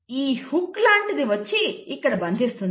ఈ హుక్ లాంటిది వచ్చి ఇక్కడ బంధిస్తుంది